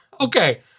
Okay